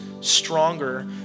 stronger